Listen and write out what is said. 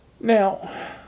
Now